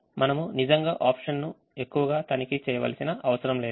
మనము నిజంగా options ను ఎక్కువగా తనిఖీ చేయవలసిన అవసరం లేదు